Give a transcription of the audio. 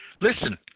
Listen